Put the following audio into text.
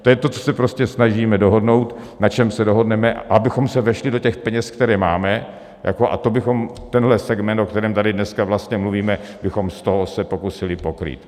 To je to, co se prostě snažíme dohodnout, na čem se dohodneme, abychom se vešli do těch peněz, které máme, a to bychom tenhle segment, o kterém tady dneska vlastně mluvíme, bychom z toho se pokusili pokrýt.